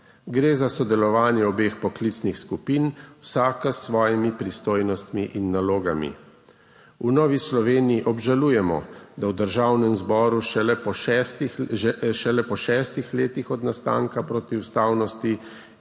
Gre za sodelovanje obeh poklicnih skupin, vsaka s svojimi pristojnostmi in nalogami. V Novi Sloveniji obžalujemo, da v Državnem zboru šele po šele po šestih letih od nastanka protiustavnosti